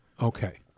Okay